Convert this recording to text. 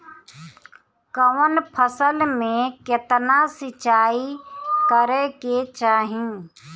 कवन फसल में केतना सिंचाई करेके चाही?